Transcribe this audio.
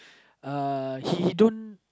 uh he he don't